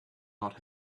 not